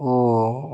ও